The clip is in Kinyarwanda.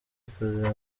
ikoze